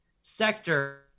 sector